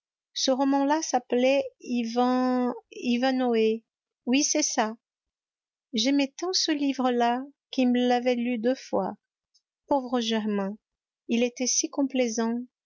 ce roman là s'appelle ivan ivanhoé oui c'est ça j'aimais tant ce livre là qu'il me l'avait lu deux fois pauvre germain il était si complaisant